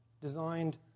designed